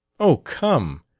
oh, come,